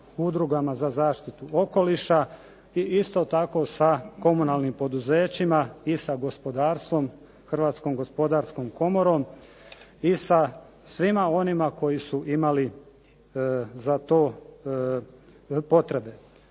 udrugama za zaštitu okoliša i isto tako sa komunalnim poduzećima i sa gospodarstvom, Hrvatskom gospodarskom komorom i sa svima onima koji su imali za to potrebe.